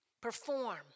Perform